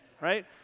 right